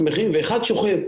שמחים ואחד שוכב.